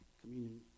communion